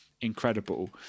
incredible